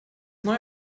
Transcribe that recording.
neue